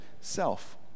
Self